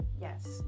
Yes